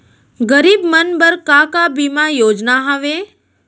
गरीब मन बर का का बीमा योजना हावे?